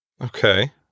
Okay